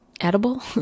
edible